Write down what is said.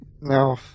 No